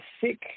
sick